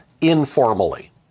informally